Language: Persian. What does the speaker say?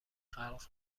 خلق